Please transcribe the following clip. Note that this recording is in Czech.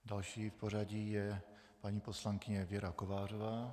Další v pořadí je paní poslankyně Věra Kovářová.